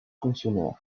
fonctionnaire